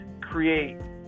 create